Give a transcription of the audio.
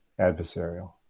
adversarial